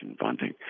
funding